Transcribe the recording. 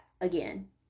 Again